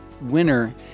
winner